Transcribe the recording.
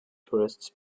tourists